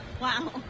wow